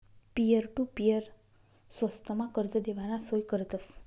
peer to peer स्वस्तमा कर्ज देवाना सोय करतस